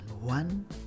one